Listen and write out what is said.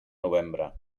novembre